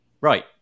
Right